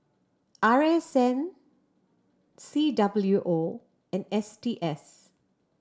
R S N C W O and S T S